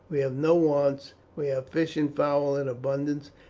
we have no wants we have fish and fowl in abundance,